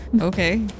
Okay